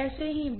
ऐसे ही बनें